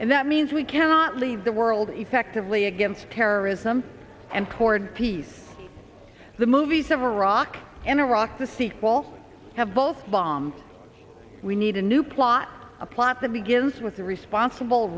and that means we cannot leave the world effectively against terrorism and toward peace the movies of iraq and iraq the sequel have both bombed we need a new plot a plot that begins with a responsible